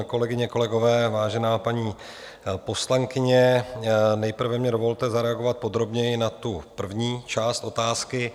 Kolegyně, kolegové, vážená paní poslankyně, nejprve mi dovolte zareagovat podrobněji na tu první část otázky.